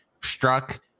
struck